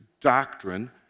doctrine